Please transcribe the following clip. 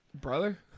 Brother